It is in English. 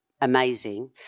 amazing